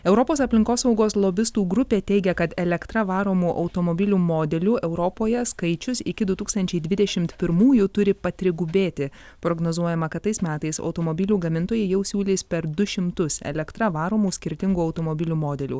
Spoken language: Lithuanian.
europos aplinkosaugos lobistų grupė teigia kad elektra varomų automobilių modelių europoje skaičius iki du tūkstančiai dvidešimt pirmųjų turi patrigubėti prognozuojama kad tais metais automobilių gamintojai jau siūlys per du šimtus elektra varomų skirtingų automobilių modelių